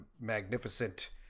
magnificent